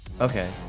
Okay